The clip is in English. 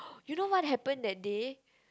you know what happened that day